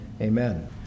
Amen